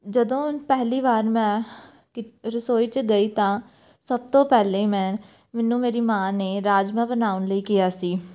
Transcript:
ਜਦੋਂ ਪਹਿਲੀ ਵਾਰ ਮੈਂ ਕਿਤ ਰਸੋਈ 'ਚ ਗਈ ਤਾਂ ਸਭ ਤੋਂ ਪਹਿਲਾਂ ਮੈਂ ਮੈਨੂੰ ਮੇਰੀ ਮਾਂ ਨੇ ਰਾਜਮਾਂਹ ਬਣਾਉਣ ਲਈ ਕਿਹਾ ਸੀ